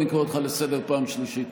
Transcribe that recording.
אני קורא אותך לסדר פעם שלישית.